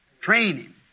training